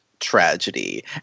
tragedy